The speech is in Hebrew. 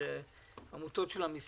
לעניין סעיף 61, הן עמותות של המיסיון.